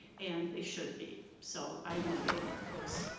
and they should be. so i am in favor of this.